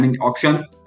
option